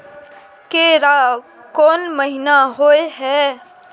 केराव कोन महीना होय हय?